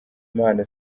impano